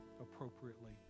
appropriately